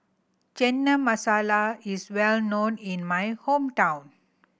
Chana Masala is well known in my hometown